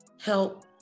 help